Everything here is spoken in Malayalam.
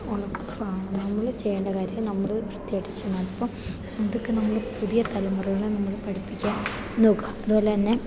ഉറപ്പാണ് നമ്മൾ ചെയ്യേണ്ട കാര്യം നമ്മൾ വൃത്തിയായിട്ട് ചെയ്യുക അപ്പം അതൊക്കെ നമ്മളെ പുതിയ തലമുറകളെ നമ്മൾ പഠിപ്പിക്കാൻ നോക്കുക അതുപോലെത്തന്നെ